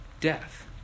death